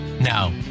now